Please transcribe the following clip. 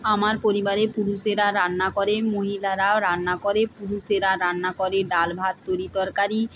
আমার পরিবারে পুরুষেরা রান্না করে মহিলারাও রান্না করে পুরুষেরা রান্না করে ডাল ভাত তরি তরকারি